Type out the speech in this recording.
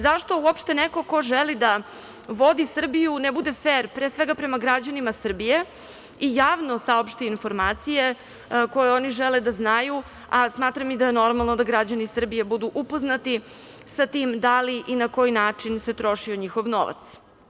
Zašto uopšte neko ko želi da vodi Srbiju ne bude fer pre svega prema građanima Srbije i javno saopšti informacije koje oni žele da znaju, a smatram i da je normalno da građani Srbije budu upoznati sa tim da li i na koji način se trošio njihov novac?